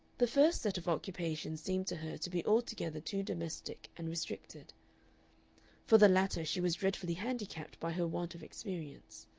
the first set of occupations seemed to her to be altogether too domestic and restricted for the latter she was dreadfully handicapped by her want of experience.